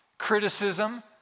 criticism